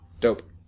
Dope